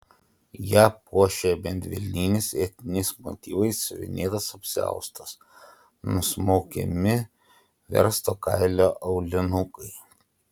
ją puošė medvilninis etniniais motyvais siuvinėtas apsiaustas nusmaukiami versto kailio aulinukai